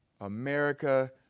America